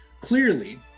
Clearly